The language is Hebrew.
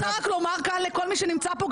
אני רוצה רק לומר כאן לכל מי שנמצא פה,